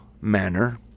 manner